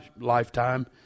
lifetime